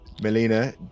Melina